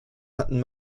hatten